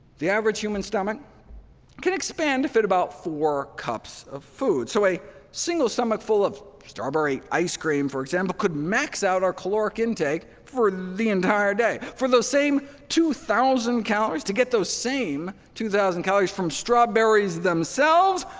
the average human stomach can expand to fit about four cups of food so, a single stomachful of strawberry ice cream, for example, could max out our caloric intake for the entire day. for the same two thousand calories, to get those same two thousand calories from strawberries themselves,